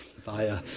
via